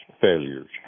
failures